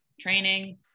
training